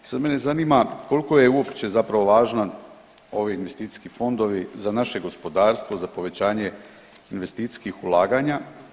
I sad mene zanima koliko je uopće zapravo važan ovi investicijski fondovi za naše gospodarstvo, za povećanje investicijskih ulaganja.